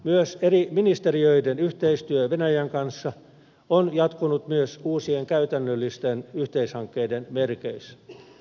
myös eri ministeriöiden yhteistyö venäjän kanssa on jatkunut myös uusien käytännöllisten yhteishankkeiden merkeissä